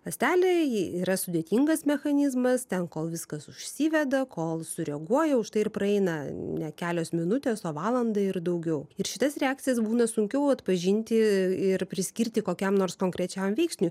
ląstelė ji yra sudėtingas mechanizmas ten kol viskas užsiveda kol sureaguoja užtai ir praeina ne kelios minutės o valanda ir daugiau ir šitas reakcijas būna sunkiau atpažinti ir priskirti kokiam nors konkrečiam veiksniui